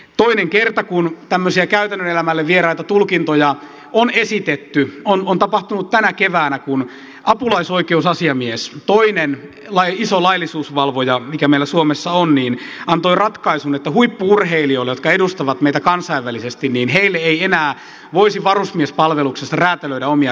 toinen kerta kun tämmöisiä käytännön elämälle vieraita tulkintoja on esitetty on tapahtunut tänä keväänä kun apulaisoikeusasiamies toinen iso laillisuusvalvoja mikä meillä suomessa on antoi ratkaisun että huippu urheilijoille jotka edustavat meitä kansainvälisesti ei enää voisi varusmiespalveluksessa räätälöidä omia ratkaisuja